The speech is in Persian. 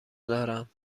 دارم